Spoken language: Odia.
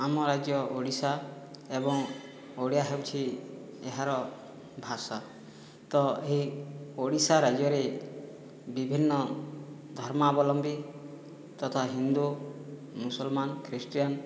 ଆମ ରାଜ୍ୟ ଓଡ଼ିଶା ଏବଂ ଓଡ଼ିଆ ହେଉଛି ଏହାର ଭାଷା ତ ଏହି ଓଡ଼ିଶା ରାଜ୍ୟରେ ବିଭିନ୍ନ ଧର୍ମାବଲମ୍ବୀ ତଥା ହିନ୍ଦୁ ମୁସଲମାନ ଖ୍ରୀଷ୍ଟିଆନ